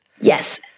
Yes